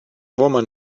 woman